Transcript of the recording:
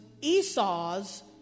Esau's